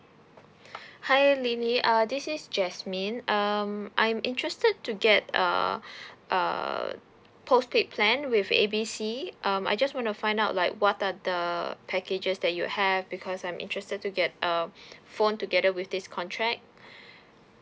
hi lily uh this is jasmine um I'm interested to get err err postpaid plan with A B C um I just want to find out like what are the packages that you have because I'm interested to get um phone together with this contract